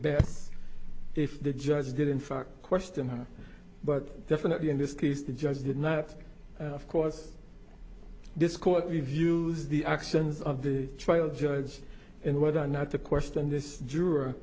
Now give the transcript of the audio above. best if the judge did in fact question her but definitely in this case the judge did not of course this court reviews the actions of the trial judge and whether or not to question this juror